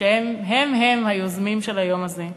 שהם הם היוזמים של היום הזה,